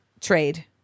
Trade